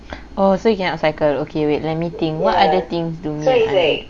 oh so he cannot cycle okay wait let me think what other things